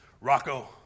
Rocco